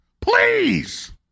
please